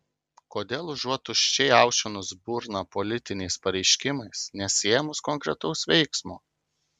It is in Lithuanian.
kodėl užuot tuščiai aušinus burną politiniais pareiškimais nesiėmus konkretaus veiksmo